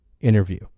interview